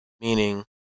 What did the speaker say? Meaning